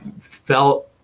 felt